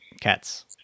Cats